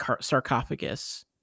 sarcophagus